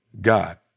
God